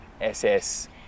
ss